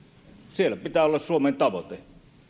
siellä pitää olla suomen tavoite